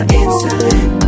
insulin